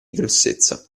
grossezza